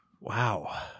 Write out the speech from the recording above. Wow